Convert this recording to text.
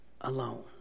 alone